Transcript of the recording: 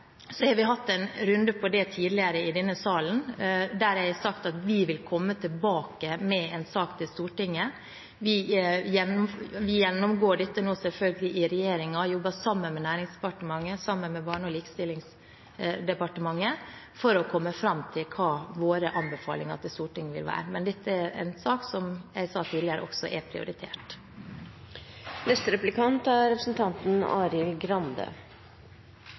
så har vi hatt en runde på det tidligere i denne salen, der jeg har sagt at vi vil komme tilbake med en sak til Stortinget. Vi gjennomgår nå selvfølgelig dette i regjeringen og jobber sammen med Næringsdepartementet, sammen med Barne-, likestillings- og inkluderingsdepartementet for å komme fram til hva våre anbefalinger til Stortinget vil være. Men dette er en sak som – som jeg også sa tidligere – er prioritert.